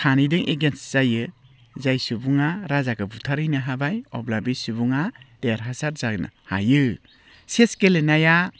सानैजों एगेन्स्त जायो जाय सुबुङा राजाखौ बुथारहैनो हाबाय अब्ला बे सुबुङा देरहासार जानो हायो चेस गेलेनाया